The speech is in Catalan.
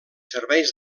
serveis